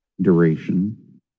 duration